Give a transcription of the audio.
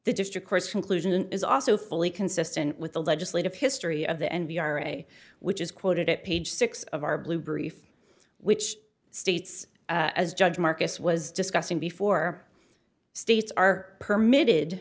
conclusion is also fully consistent with the legislative history of the n b r a which is quoted at page six of our blue brief which states as judge marcus was discussing before states are permitted